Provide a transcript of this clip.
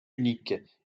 unique